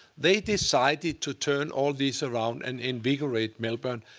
they decided to turn all this around and invigorate melbourne.